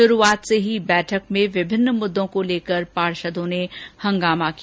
शुरूआत से ही बैठक में विभिन्न मुदृदों को लेकर पार्षदों ने हंगामा किया